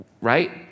right